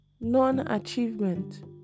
non-achievement